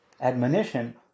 admonition